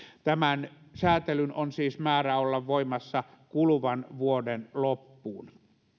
tämän säätelyn on siis määrä olla voimassa kuluvan vuoden loppuun